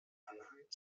anhang